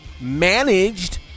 managed